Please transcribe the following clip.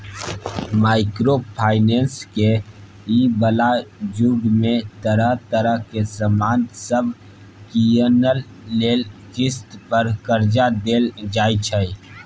micro finance के इ बला जुग में तरह तरह के सामान सब कीनइ लेल किस्त पर कर्जा देल जाइ छै